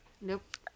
Nope